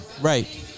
Right